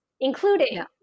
including